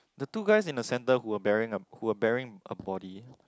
the two guys in the center who are burying a who are burying a body